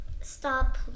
stop